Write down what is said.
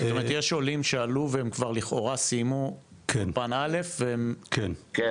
זאת אומרת יש עולים שעלו והם כבר לכאורה סיימו אולפן א' והם --- כן,